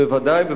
בוודאי.